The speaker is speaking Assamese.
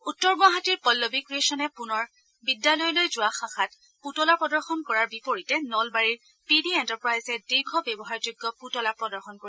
উত্তৰ গুৱাহাটীৰ পল্লবী ক্ৰিয়েচনে পুনৰ বিদ্যালয়লৈ যোৱা শাখাত পুতলা প্ৰদৰ্শন কৰাৰ বিপৰীতে নলবাৰীৰ পি ডি এণ্টাৰপ্ৰাইজে দীৰ্ঘ ব্যৱহাৰযোগ্য পুতলা প্ৰদৰ্শন কৰিব